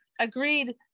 agreed